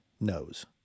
knows